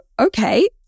okay